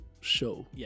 show